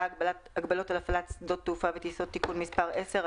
שעה)(הגבלות על הפעלת שדות תעופה וטיסות)(תיקון מס' 10),